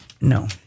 No